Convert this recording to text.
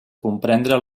comprendre